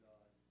God